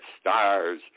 stars